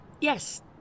yes